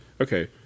Okay